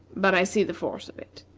but i see the force of it.